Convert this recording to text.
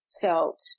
felt